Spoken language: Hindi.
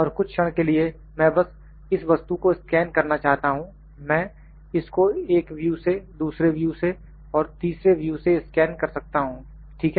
और कुछ क्षण के लिए मैं बस इस वस्तु को स्कैन करना चाहता हूं मैं इस को एक व्यू से दूसरे व्यू और तीसरे व्यू से स्कैन कर सकता हूं ठीक है